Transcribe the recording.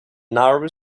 narrow